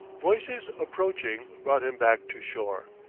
voices approaching brought him back to shore.